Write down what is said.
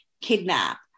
kidnap